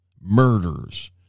murders